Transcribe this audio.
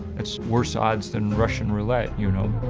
that's worse odds than russian roulette, you know.